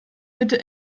bitte